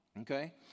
okay